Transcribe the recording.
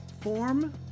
Form